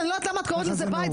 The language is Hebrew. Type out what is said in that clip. אני לא יודעת למה את קוראת לזה בית,